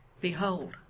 Behold